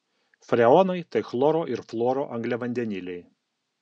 freonai tai chloro ir fluoro angliavandeniliai